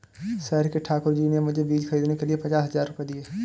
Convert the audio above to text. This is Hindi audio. शहर के ठाकुर जी ने मुझे बीज खरीदने के लिए पचास हज़ार रूपये दिए